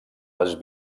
les